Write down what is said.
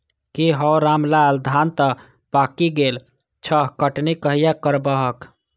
की हौ रामलाल, धान तं पाकि गेल छह, कटनी कहिया करबहक?